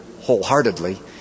wholeheartedly